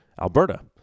Alberta